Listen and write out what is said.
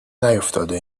نیفتاده